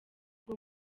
bwo